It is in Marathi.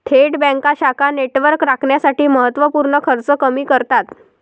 थेट बँका शाखा नेटवर्क राखण्यासाठी महत्त्व पूर्ण खर्च कमी करतात